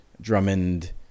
Drummond